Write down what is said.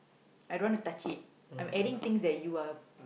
I don't wanna touch it I'm adding things that you are